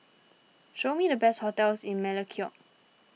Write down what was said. show me the best hotels in Melekeok